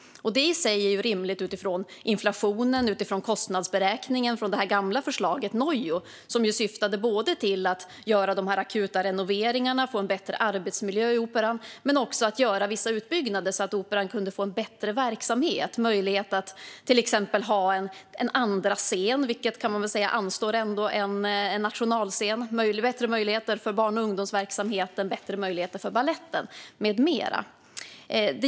Det är i sig rimligt utifrån inflationen och kostnadsberäkningen från det gamla förslaget, kallat NOiO. Det syftade till att göra de akuta renoveringarna, skapa en bättre arbetsmiljö på Operan och göra vissa utbyggnader så att Operan kan få en bättre verksamhet, till exempel en andra scen, vilket borde anstå en nationalscen, bättre möjligheter för barn och ungdomsverksamheten samt bättre möjligheter för baletten med mera.